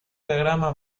diagrama